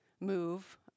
move